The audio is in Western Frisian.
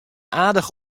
aardich